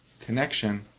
connection